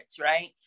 right